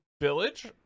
Village